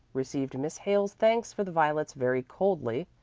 received miss hale's thanks for the violets very coldly,